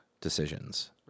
decisions